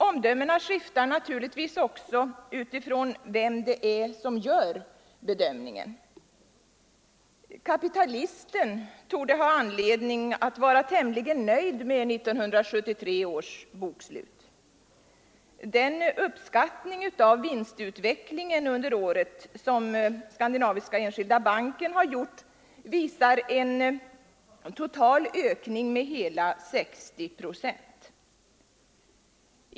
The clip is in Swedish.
Omdömena skiftar naturligtvis också alltefter vem det är som gör bedömningen. Kapitalisten torde ha anledning att vara tämligen nöjd med 1973 års bokslut. Den uppskattning av vinstutvecklingen under året som Skandinaviska Enskilda banken har gjort visar en total ökning med hela 60 procent.